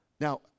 now